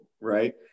right